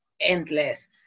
endless